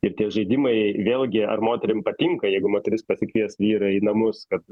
ir tie žaidimai vėlgi ar moterim patinka jeigu moteris pasikvies vyrą į namus kad